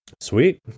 Sweet